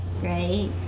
right